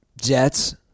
Jets